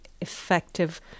effective